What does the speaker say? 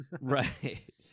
Right